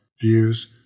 views